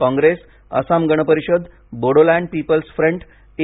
Congress Asom Gana Parishad Bodoland people's front A